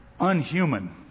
unhuman